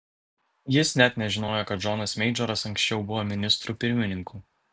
jis net nežinojo kad džonas meidžoras anksčiau buvo ministru pirmininku